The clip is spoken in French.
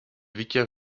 vicaire